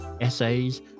Essays